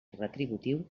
retributiu